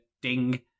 Ding